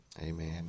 amen